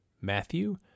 matthew